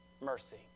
mercy